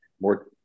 more